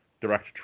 direct